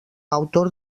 autor